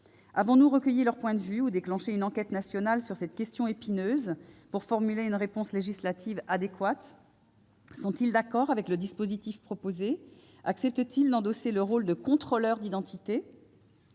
Avons-nous recueilli leur point de vue ou déclenché une enquête nationale sur cette question épineuse pour formuler une réponse législative adéquate ? Sont-ils d'accord avec le dispositif proposé et acceptent-ils d'endosser le rôle de contrôleur d'identité ?